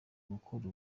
gukora